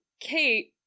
Kate